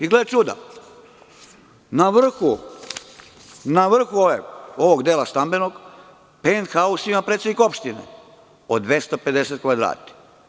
I gle čuda, na vrhu ovog dela stambenog, penthaus ima predsednik opštine od 250 kvadrata.